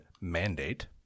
mandate